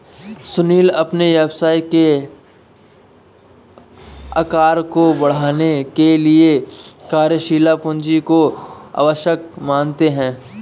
सुनील अपने व्यवसाय के आकार को बढ़ाने के लिए कार्यशील पूंजी को आवश्यक मानते हैं